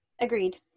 Agreed